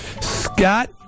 Scott